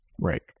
Right